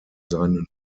seinen